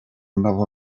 another